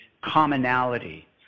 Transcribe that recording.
commonality